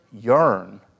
yearn